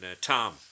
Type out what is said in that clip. Tom